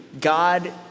God